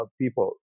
people